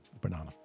Banana